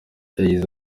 yagize